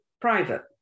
private